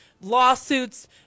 lawsuits